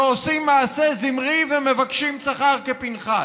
שעושים מעשה זמרי ומבקשים שכר כפנחס.